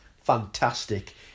fantastic